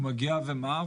הוא מגיע ומה?